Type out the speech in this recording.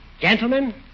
Gentlemen